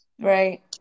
Right